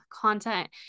content